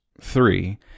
three